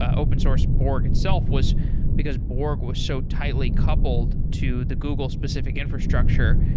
ah open source borg itself, was because borg was so tightly coupled to the google specific infrastructure,